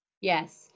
Yes